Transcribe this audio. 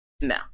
no